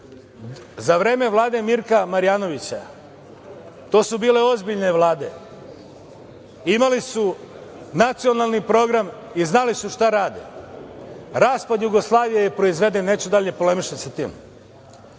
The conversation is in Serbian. Za vreme Vlade Mirka Marjanovića, to su bile ozbiljne Vlade. Imali su nacionalni program i znali su šta rade. Raspad Jugoslavije je proizveden, neću dalje da polemišem sa tim.